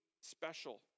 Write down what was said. special